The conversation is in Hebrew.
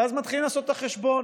ואז מתחילים לעשות את החשבון: